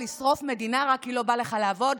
לשרוף מדינה רק כי לא בא לך לעבוד,